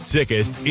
Sickest